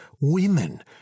women